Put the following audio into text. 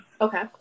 Okay